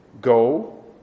go